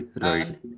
right